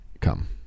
come